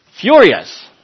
furious